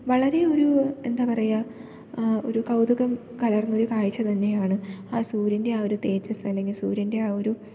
വളരെ ഒരു എന്താ പറയുക ഒരു കൗതുകം കലർന്നൊരു കാഴ്ച തന്നെയാണ് ആ സൂര്യൻ്റെ ആ ഒരു തേജസ് അല്ലെങ്കില് സൂര്യൻ്റെ ആ ഒരു